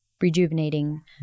rejuvenating